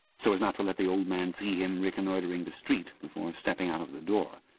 so as not to let the old man see him reconnoitring the street before stepping out of the door.